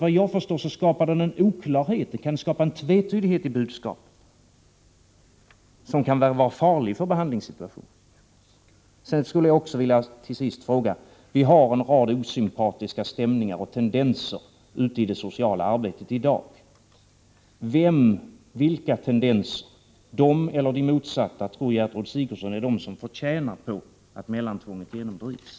Den skapar en oklarhet och tvetydighet i budskapet, som kan vara farlig för behandlingssituationen. Till sist vill jag ställa ännu en fråga. Det finns i dag en rad osympatiska stämningar och tendenser ute i det sociala arbetet. Vilka tendenser, dessa eller de motsatta, tror statsrådet Sigurdsen tjänar på att mellantvånget genomdrivs?